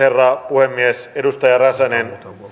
puhemies edustaja räsänen